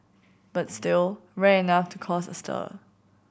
but still rare enough to cause a stir